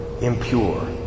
impure